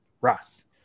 Ross